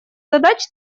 задач